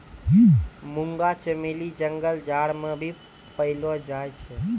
मुंगा चमेली जंगल झाड़ मे भी पैलो जाय छै